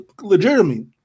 Legitimately